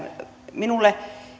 minulle